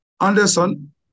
Anderson